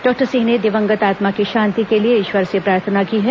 doctor Singh ने दिवंगत आत्मा की शांति के लिए ईश्वर से प्रार्थना की है